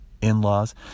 in-laws